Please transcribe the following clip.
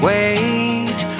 Wait